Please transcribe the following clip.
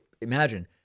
imagine